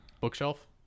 bookshelf